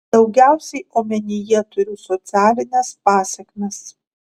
daugiausiai omenyje turiu socialines pasekmes